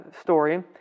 story